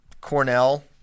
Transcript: Cornell